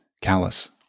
callous